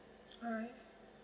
alright